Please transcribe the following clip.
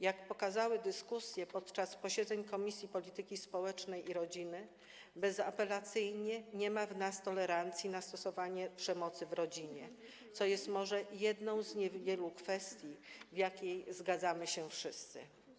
Jak pokazały dyskusje podczas posiedzeń Komisji Polityki Społecznej i Rodziny, bezapelacyjnie nie ma w nas tolerancji na stosowanie przemocy w rodzinie, co jest może jedną z niewielu kwestii, w jakich zgadzamy się wszyscy.